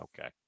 Okay